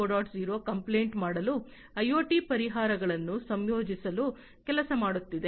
0 complaint ಮಾಡಲು IoT ಪರಿಹಾರಗಳನ್ನು ಸಂಯೋಜಿಸಲು ಕೆಲಸ ಮಾಡುತ್ತಿದೆ